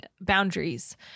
boundaries